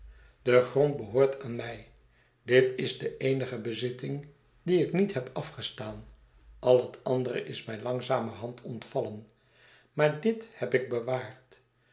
de grond behoort aan mij dit is de eenige bezitting die ik niet heb afgestaan al het andere is mij langzamerhand ontvallen maar dit heb ik bewaard